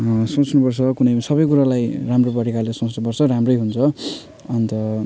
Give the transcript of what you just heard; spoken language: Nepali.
सोच्नु पर्छ कुनै सबै कुरालाई राम्रो प्रकारले सोच्नु पर्छ राम्रै हुन्छ अन्त